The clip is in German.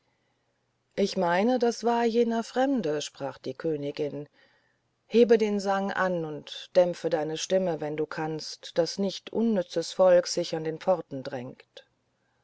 ich meine das war jener fremde sprach die königin hebe den sang an und dämpfe deine stimme wenn du kannst daß nicht unnützes volk sich an den pforten dränge